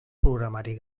programari